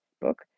book